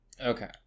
Okay